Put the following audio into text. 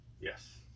yes